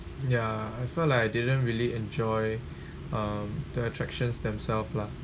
ya I felt like I didn't really enjoy um the attractions themself lah